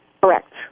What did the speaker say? correct